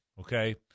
okay